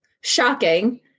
Shocking